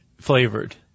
flavored